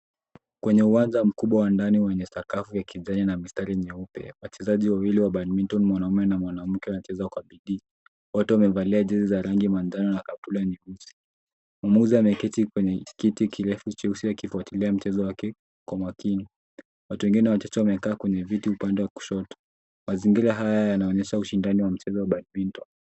Kwenye uwanja mkubwa wa ndani wenye sakafu ya kijani na mistari nyeupe, wachezaji wawili wa badminton , mwanaume na mwanamke wanacheza kwa bidii. Wote wamevalia jezi za rangi manjano na kaptula nyeusi. Mwamuzi anayeketi kwenye kiti cha kirefu cheusi akifuatilia mchezo wake kwa makini. Watu wengine wachache wamekaa kwenye viti upande wa kushoto. Mazingira haya yanaonyesha ushindani wa mchezo wa badminton .